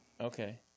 Okay